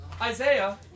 Isaiah